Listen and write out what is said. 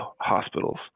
hospitals